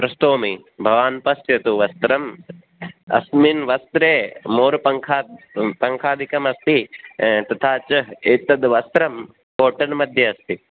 प्रस्तोमि भवान् पश्यतु वस्त्रम् अस्मिन् वस्त्रे मोरपङ्खा पङ्खादिकमस्ति तथा च एतद् वस्त्रं कोटन् मध्ये अस्ति